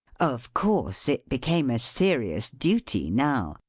of course it became a serious duty now,